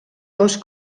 dos